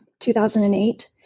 2008